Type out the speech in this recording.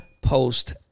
post